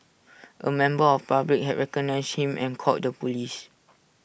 A member of public had recognised him and called the Police